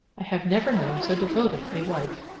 i have never known so devoted a wife.